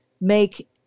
make